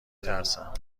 ترسم